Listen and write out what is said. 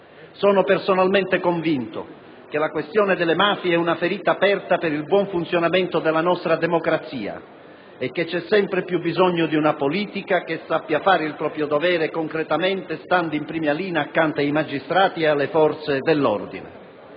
Sono personalmente convinto che la questione delle mafie sia una ferita aperta per il buon funzionamento della nostra democrazia e che ci sia sempre più bisogno di una politica che sappia fare il proprio dovere concretamente, stando in prima linea accanto ai magistrati e alle Forze dell'ordine.